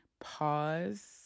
pause